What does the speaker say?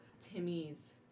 Timmy's